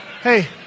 hey